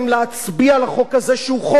שהוא חוק ראוי ונכון.